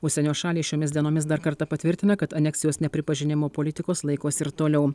užsienio šalys šiomis dienomis dar kartą patvirtina kad aneksijos nepripažinimo politikos laikosi ir toliau